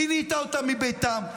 פינית אותם מביתם,